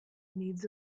needs